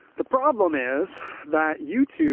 the problem is that youtube